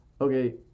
Okay